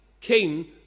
King